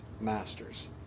masters